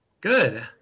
Good